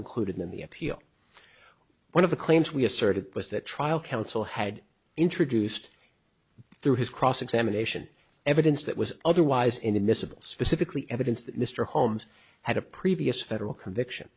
included in the appeal one of the claims we asserted was that trial counsel had introduced through his cross examination evidence that was otherwise inadmissible specifically evidence that mr holmes had a previous federal conviction